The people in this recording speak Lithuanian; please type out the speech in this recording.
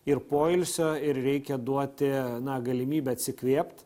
ir poilsio ir reikia duoti na galimybę atsikvėpt